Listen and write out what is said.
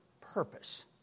purpose